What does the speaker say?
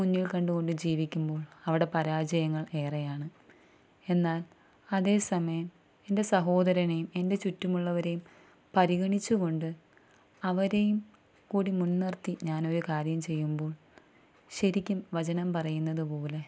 മുന്നിൽ കണ്ടു കൊണ്ട് ജീവിക്കുമ്പോൾ അവിടെ പരാജയങ്ങൾ ഏറെയാണ് എന്നാൽ അതേ സമയം എൻ്റെ സഹോദരനെയും എൻ്റെ ചുറ്റുമുള്ളവരെയും പരിഗണിച്ചുകൊണ്ട് അവരെയും കൂടി മുൻ നിർത്തി ഞാനൊരു കാര്യം ചെയ്യുമ്പോൾ ശരിക്കും വചനം പറയുന്നതുപോലെ